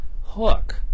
Hook